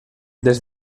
des